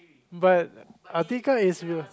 but Atiqah is you